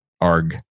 Arg